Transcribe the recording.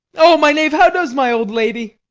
o, my knave, how does my old lady?